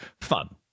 fun